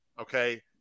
Okay